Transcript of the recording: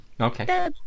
Okay